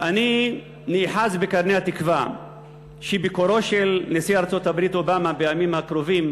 אני נאחז בקרני התקווה שביקורו של נשיא ארצות-הברית אובמה בימים הקרובים